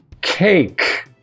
cake